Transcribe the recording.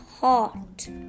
hot